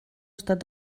estat